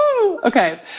Okay